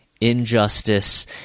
injustice